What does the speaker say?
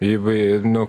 įvai nu